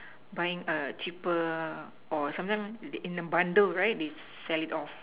buying err cheaper or sometimes in a bundle right they sell it off